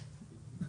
האוצר.